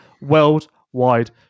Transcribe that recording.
worldwide